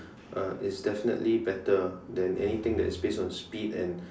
uh is definitely better than anything that is based on speed and